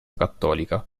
cattolica